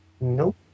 Nope